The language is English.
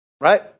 right